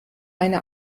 eine